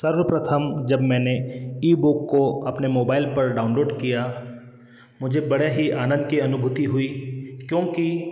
सर्वप्रथम जब मैंने ईबुक को अपने मोबाइल पर डाउनलोड किया मुझे बड़े ही आनंद की अनुभूति हुई क्योंकि